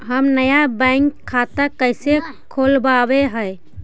हम नया बैंक खाता कैसे खोलबाबे के है?